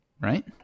right